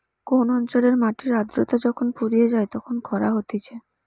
কোন অঞ্চলের মাটির আদ্রতা যখন ফুরিয়ে যায় তখন খরা হতিছে